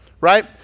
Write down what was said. right